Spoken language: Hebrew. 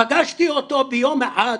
פגשתי אותו יום אחד,